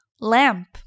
Lamp